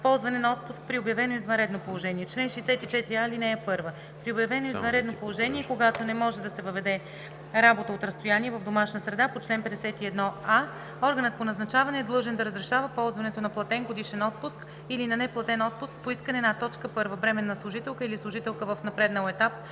„Ползване на отпуск при обявено извънредно положение Чл. 64а. (1) При обявено извънредно положение и когато не може да се въведе работа от разстояние в домашна среда по чл. 51а, органът по назначаването е длъжен да разрешава ползването на платен годишен отпуск или на неплатен отпуск по искане на: 1. бременна служителка или служителка в напреднал етап